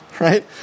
right